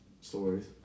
stories